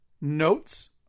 notes